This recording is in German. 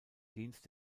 dienst